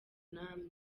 namwe